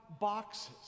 boxes